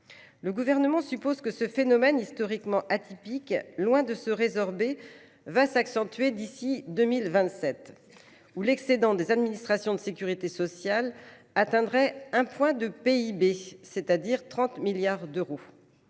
Le Gouvernement suppose que ce phénomène historiquement atypique, loin de se résorber, s’accentuera d’ici à 2027, année où l’excédent des administrations de sécurité sociale atteindrait un point de PIB, c’est à dire 30 milliards d’euros.